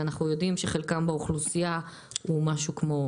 ואנחנו יודעים שחלקם באוכלוסייה הוא משהו כמו